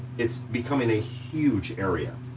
it's becoming a huge area.